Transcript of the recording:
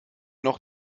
noch